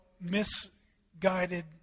misguided